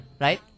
right